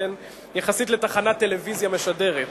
יחסית לתחנת טלוויזיה משדרת,